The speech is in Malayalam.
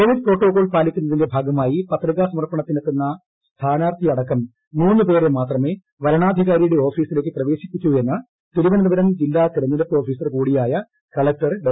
കോവിഡ് പ്രോട്ടോക്കോൾ പാലിക്കുന്നതിന്റെ ഭാഗമായി പത്രികാ സമർപ്പണത്തിനെത്തുന്ന സ്ഥാനാർഥിയടക്കം മൂന്നു പേരെ മാത്രമേ വരണാധികാരിയുടെ ഓഫിസിലേക്കു പ്രവേശിപ്പിക്കൂ എന്നു തിരുവനന്തപ്പൂര്യ ജില്ലാ തെരഞ്ഞെടുപ്പ് ഓഫിസർകൂടിയായ കളകർ ഡോ